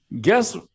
guess